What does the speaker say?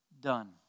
Done